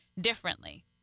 differently